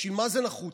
בשביל מה זה נחוץ?